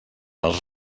els